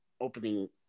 opening